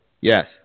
Yes